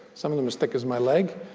some of them as thick as my leg.